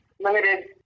limited